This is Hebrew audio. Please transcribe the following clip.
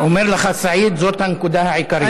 אומר לך סעיד, זאת הנקודה העיקרית.